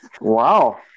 Wow